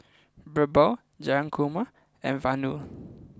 Birbal Jayakumar and Vanu